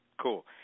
Cool